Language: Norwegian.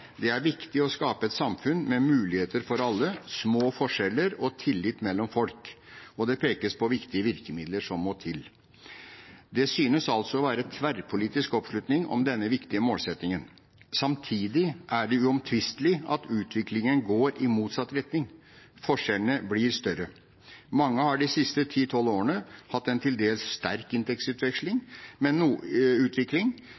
det at «det er viktig å skape et samfunn med muligheter for alle, små forskjeller og tillit mellom folk». Og det pekes på viktige virkemidler som må til. Det synes altså å være tverrpolitisk oppslutning om denne viktige målsettingen. Samtidig er det uomtvistelig at utviklingen går i motsatt retning. Forskjellene blir større. Mange har de siste ti–tolv årene hatt en til dels sterk